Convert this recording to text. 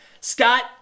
Scott